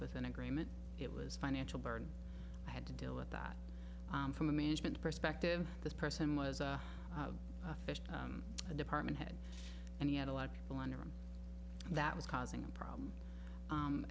with an agreement it was financial burden i had to deal with that from a management perspective the person was a fish a department head and he had a lot of people under him that was causing a problem